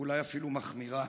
ואולי אפילו מחמירה.